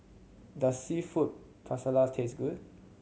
does Seafood Paella taste good